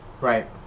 right